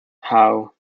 how